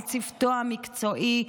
על צוותו המקצועי,